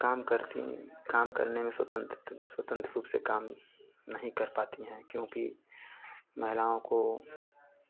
काम करतीं काम करने में स्वतंत्र स्वतंत्र रूप से काम नहीं कर पाती हैं क्योंकि महिलाओं को